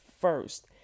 first